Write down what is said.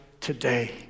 today